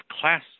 class